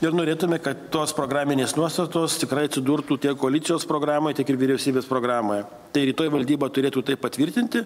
ir norėtume kad tos programinės nuostatos tikrai atsidurtų tiek koalicijos programoj tiek ir vyriausybės programoj tai rytoj valdyba turėtų tai patvirtinti